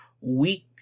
week